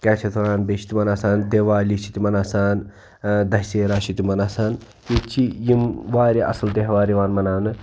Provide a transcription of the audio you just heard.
کیٛاہ چھِ اَتھ وَنان بیٚیہِ چھِ تِمَن آسان دیوالی چھِ تِمَن آسان دَسیرا چھُ تِمَن آسان ییٚتہِ چھِ یِم واریاہ اَصٕل تہوار یِوان مناونہٕ